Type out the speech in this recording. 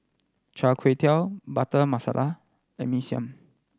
Char Kway Teow Butter Masala and Mee Siam